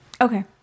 okay